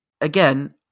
again